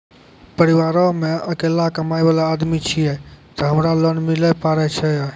परिवारों मे अकेलो कमाई वाला आदमी छियै ते हमरा लोन मिले पारे छियै?